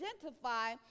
identify